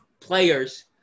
players